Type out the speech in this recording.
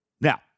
Now